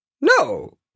No